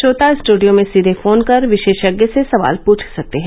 श्रोता स्टडियो में सीये फोन कर विशेषज्ञ से सवाल पृछ सकते हैं